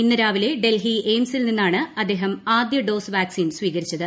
ഇന്ന് രാവിലെ ഡൽഹി എയിംസിൽ നിന്നാണ് അദ്ദേഹം ആദ്യ ഡോസ് വാക്സിൻ സ്വീകരിച്ചത്